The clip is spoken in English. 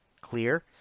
clear